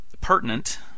pertinent